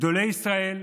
גדולי ישראל,